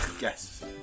Yes